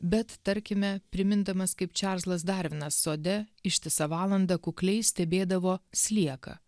bet tarkime primindamas kaip čarlzas darvinas sode ištisą valandą kukliai stebėdavo slieką